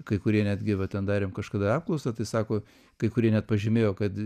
kai kurie netgi va ten darėm kažkada apklausą tai sako kai kurie net pažymėjo kad